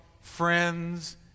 friends